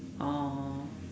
oh